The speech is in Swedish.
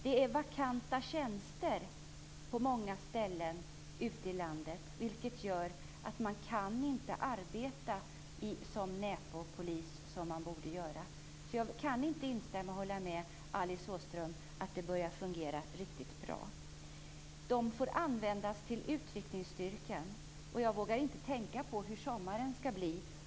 Det är vakanta tjänster på många ställen ute i landet, vilket gör att man inte kan arbeta som närpolis som man borde göra. Jag kan inte instämma och hålla med Alice Åström om att det börjar fungera riktigt bra. Närpolisen får användas till utryckningsstyrkan. Jag vågar inte tänka på hur sommaren skall bli.